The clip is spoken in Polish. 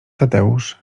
tadeusz